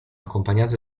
accompagnate